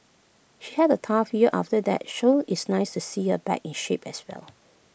she had A tough year after that show it's nice to see her back in shape as well